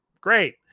great